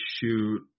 shoot